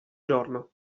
giorno